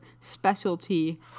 specialty